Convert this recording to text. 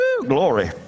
glory